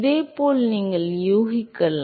எனவே இதேபோல் நீங்கள் யூகிக்கலாம்